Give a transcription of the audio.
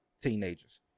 teenagers